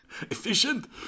Efficient